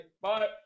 Bye